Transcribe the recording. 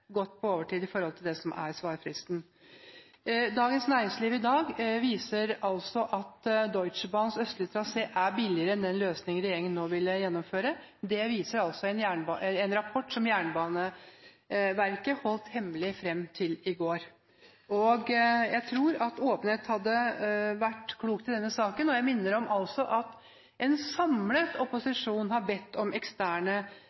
godt på overtid i forhold til det som er svarfristen. Dagens Næringsliv i dag viser at Deutsche Bahns forslag til østlig trasé er billigere enn den løsningen regjeringen nå vil gjennomføre. Det viser en rapport som Jernbaneverket holdt hemmelig fram til i går. Jeg tror at åpenhet hadde vært klokt i denne saken, og jeg minner om at en samlet